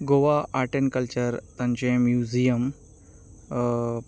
Goa art and culture तांचें museum